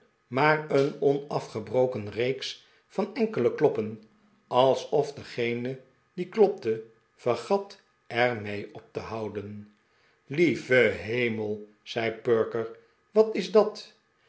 maar een onafgebroken reeks van enkele kloppen alsof degene die klopte vergat er mee op te houden lieve hemel zei perker wat is dat